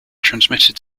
transmitted